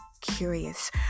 Curious